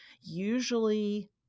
Usually